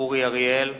אורי אריאל,